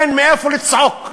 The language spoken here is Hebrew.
אין מאיפה לצעוק.